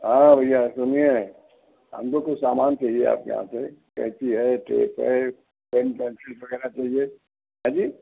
हाँ भैया सुनिए हम को कुछ सामान चाहिए आप के यहाँ से कैंची है टेप है पेन पेंसिल वग़ैरह चाहिए हाँ जी